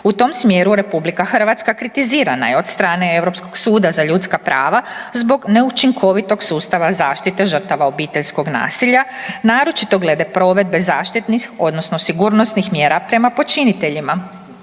U tom smjeru RH kritizirana je od strane Europskog suda za ljudska prava zbog neučinkovitog sustava zaštite žrtava obiteljskog nasilja, naročito glede provedbe zaštitnih odnosno sigurnosnih mjera prema počiniteljima.